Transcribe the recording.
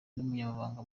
n’umunyamabanga